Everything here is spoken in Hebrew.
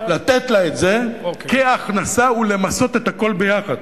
לתת לה את זה כהכנסה ולמסות את הכול ביחד.